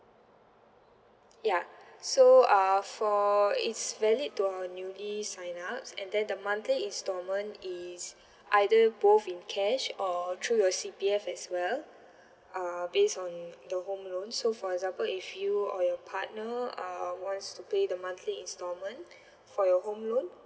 ya so uh for it's valid to our newly sign ups and then the monthly installment is either both in cash or through your C_P_F as well uh based on your home loan so for example if you or your partner uh wants to pay the monthly installment for your home loan